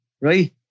right